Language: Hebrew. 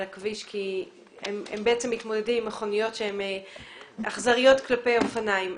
הכביש כי הם בעצם מתמודדים עם מכוניות שהן אכזריות כלפי אופניים.